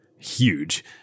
Huge